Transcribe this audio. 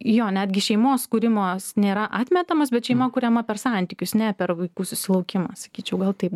jo netgi šeimos kūrimas nėra atmetamas bet šeima kuriama per santykius ne per vaikų susilaukimą sakyčiau gal taip